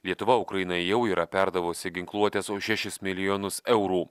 lietuva ukrainai jau yra perdavusi ginkluotės už šešis milijonus eurų